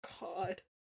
God